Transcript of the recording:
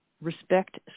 respect